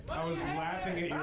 i was laughing at